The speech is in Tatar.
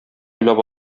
уйлап